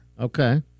okay